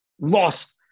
lost